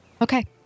Okay